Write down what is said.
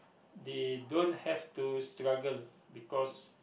they don't have to struggle because